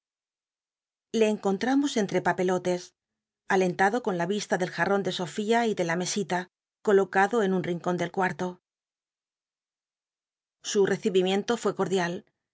le enconltamos entre papelotes alentado con la yista del jarron de sofía y de la mesita coloca da en un rincon del cuarto su recibimiento fu cordial